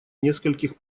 нескольких